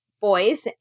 boys